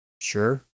sure